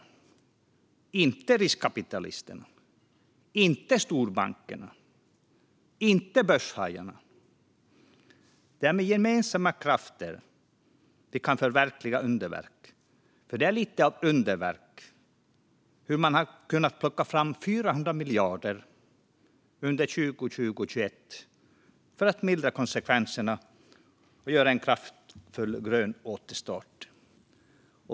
Det är inte riskkapitalisterna, inte storbankerna och inte börshajarna. Det är med gemensamma krafter vi kan förverkliga underverk, för det är lite av ett underverk att man har kunnat plocka fram 400 miljarder under 2020 och 2021 för att mildra konsekvenserna och göra en kraftfull grön återstart.